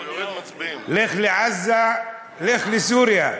לך לעזה, לך לסוריה.